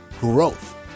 growth